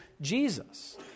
Jesus